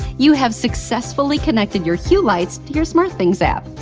you have successfully connected your hue lights to your smartthings app.